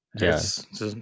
Yes